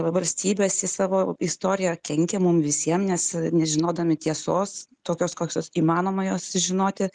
valstybės į savo istoriją kenkia mum visiem nes nežinodami tiesos tokios kokios įmanoma jos žinoti